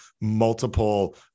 multiple